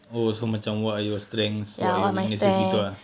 oh so macam what are your strengths what are your weaknesses gitu ah